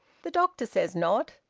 the doctor says not.